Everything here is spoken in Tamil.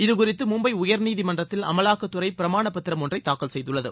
இதுகுறித்து மும்பை உயர்நீதிமன்றத்தில் அமலாக்கத்துறை பிரமாண பத்திரம் ஒன்றை தாக்கல் செய்துள்ளது